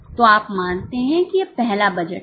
तो आप मानते हैं कि यह पहला बजट है